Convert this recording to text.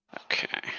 okay